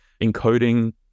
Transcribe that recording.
encoding